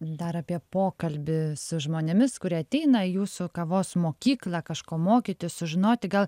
dar apie pokalbį su žmonėmis kurie ateina į jūsų kavos mokyklą kažko mokytis sužinoti gal